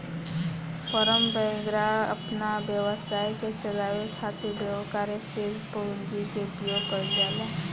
form वैगरह अपना व्यवसाय के चलावे खातिर कार्यशील पूंजी के उपयोग कईल जाला